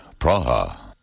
Praha